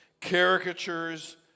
caricatures